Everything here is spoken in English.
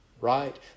right